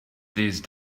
these